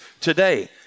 today